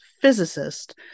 physicist